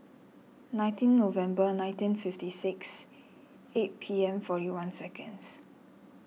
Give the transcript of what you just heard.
nineteen November nineteen fifty six eight P M forty one seconds